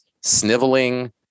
sniveling